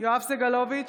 יואב סגלוביץ'